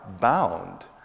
bound